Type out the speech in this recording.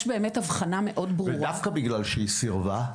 יש הבחנה מאוד ברורה --- ודווקא בגלל שהיא סירבה,